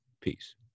Peace